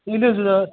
ಇದು